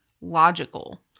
logical